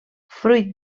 fruit